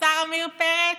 השר עמיר פרץ?